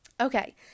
okay